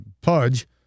Pudge